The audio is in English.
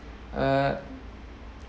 uh